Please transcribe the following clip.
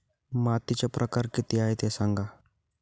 मातीचे प्रकार किती आहे ते सांगा